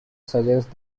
suggests